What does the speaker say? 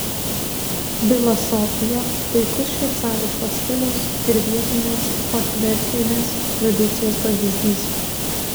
vila sofija puikus šveicariško stiliaus ir vietinės fachverkinės tradicijos pavyzdys